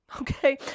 okay